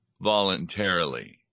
voluntarily